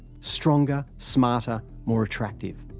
stronger, smarter, more attractive.